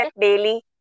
daily